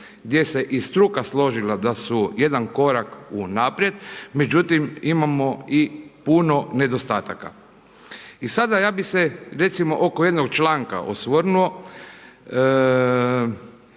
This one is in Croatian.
gdje se i struka složila da su jedan korak unaprijed, međutim imamo i puno nedostataka. I sad bih se ja oko jednog članka osvrnuo